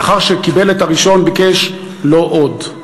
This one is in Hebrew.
לאחר שקיבל את הראשון ביקש: לא עוד.